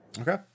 Okay